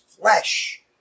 flesh